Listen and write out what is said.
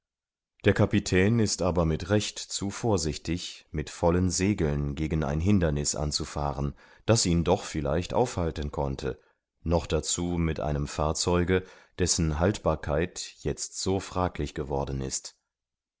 der kapitän ist aber mit recht zu vorsichtig mit vollen segeln gegen ein hinderniß anzufahren das ihn doch vielleicht aufhalten konnte noch dazu mit einem fahrzeuge dessen haltbarkeit jetzt so fraglich geworden ist